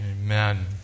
Amen